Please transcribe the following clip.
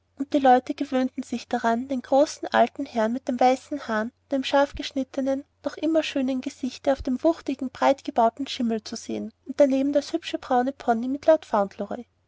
die leute gewöhnten sich ganz daran den großen alten herrn mit den weißen haaren und dem scharf geschnittenen noch immer schönen gesichte auf dem wuchtigen breit gebauten schimmel zu sehen und daneben den hübschen braunen pony mit lord fauntleroy